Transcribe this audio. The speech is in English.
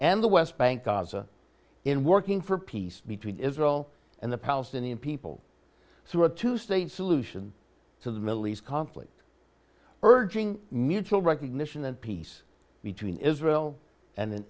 and the west bank gaza in working for peace between israel and the palestinian people through a two state solution to the middle east conflict urging mutual recognition and peace between israel and an